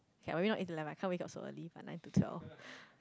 okay are we not in the like kind wake up so early but nine to twelve